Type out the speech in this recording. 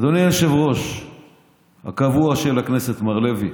אדוני היושב-ראש הקבוע של הכנסת מר לוי,